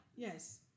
Yes